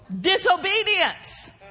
disobedience